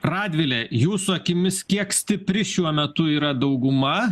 radvile jūsų akimis kiek stipri šiuo metu yra dauguma